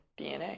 dna